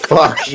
Fuck